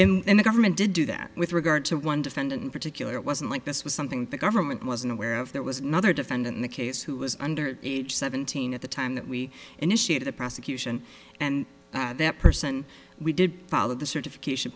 and the government did do that with regard to one defendant in particular it wasn't like this was something the government wasn't aware of that was neither defendant in the case who was under age seventeen at the time that we initiated a prosecution and that person we did follow the certification